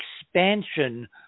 expansion